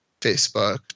Facebook